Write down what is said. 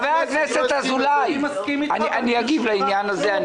חבר הכנסת אזולאי, אני אגיב לעניין הזה.